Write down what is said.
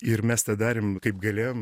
ir mes tą darėm kaip galėjom